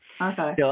Okay